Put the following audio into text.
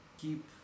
keep